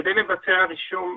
כדי לבצע רישום,